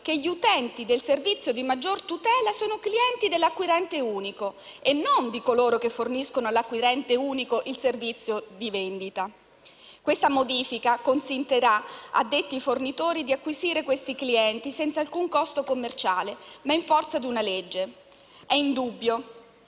che gli utenti del servizio di maggior tutela sono clienti dell'acquirente unico e non di coloro che forniscono all'acquirente unico il servizio di vendita. Questa modifica consentirà a detti fornitori di acquisire questi clienti senza alcun costo commerciale, ma in forza di una legge. È indubbio